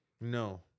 No